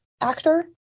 actor